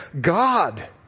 God